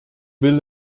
will